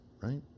right